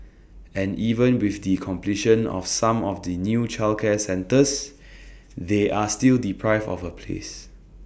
and even with the completion of some of the new childcare centres they are still deprived of A place